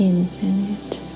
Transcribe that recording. Infinite